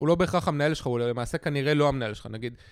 הוא לא בהכרח המנהל שלך, הוא למעשה כנראה לא המנהל שלך, נגיד...